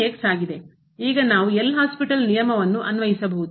ಈಗ ನಾವು L Hospital ನಿಯಮವನ್ನು ಅನ್ವಯಿಸಬಹುದು